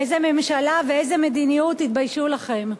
איזו ממשלה ואיזו מדיניות, תתביישו לכם.